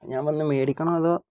ഞാൻ വന്ന് മേടിക്കണോ അതോ